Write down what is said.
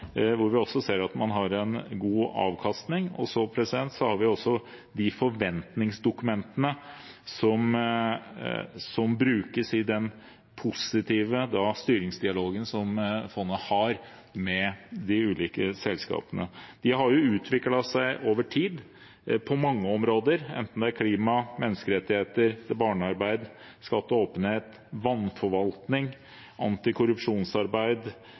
hvor vi også ser at man har en god avkastning. Vi har også de forventningsdokumentene som brukes i den positive styringsdialogen som fondet har med de ulike selskapene. De har utviklet seg over tid på mange områder, enten det er klima, menneskerettigheter, barnearbeid, skatt og åpenhet, vannforvaltning, antikorrupsjonsarbeid